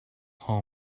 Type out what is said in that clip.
home